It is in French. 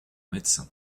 médecin